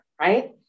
right